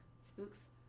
spooks